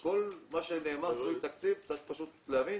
כל מה שנאמר פה על תקציב, צריך להבין